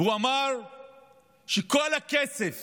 והוא אמר שכל הכסף